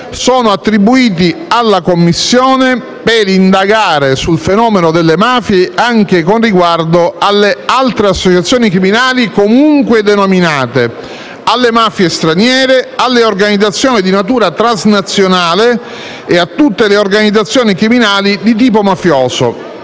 siano attribuiti alla Commissione per indagare sul fenomeno delle mafie anche con riguardo alle altre associazioni criminali comunque denominate, alle mafie straniere, alle organizzazioni di natura transnazionale e a tutte le organizzazioni criminali di tipo mafioso.